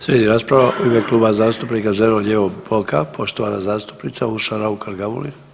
Slijedi rasprava u ime Kluba zastupnika zeleno-lijevog bloka poštovana zastupnica Urša Raukar Gamulin.